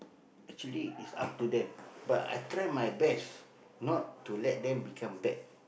actually it's up to them but I try my best not to let them become bad